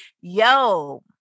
Yo